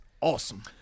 awesome